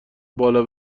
بالا